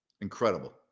Incredible